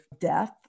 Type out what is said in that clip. death